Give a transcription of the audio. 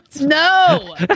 no